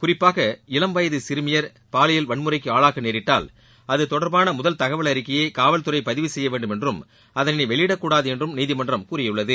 குறிப்பாக இளம் வயது சிறுமியா் பாலியல் வன்முறைக்கு ஆளாக நேரிட்டால் அது தொடா்பான முதல் தகவல் அறிக்கையை காவல்துறை பதிவு செய்ய வேண்டும் என்றும் அதனை வெளியிடக்கூடாது என்றும் நீதிமன்றம் கூறியுள்ளது